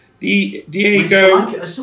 Diego